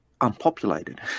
unpopulated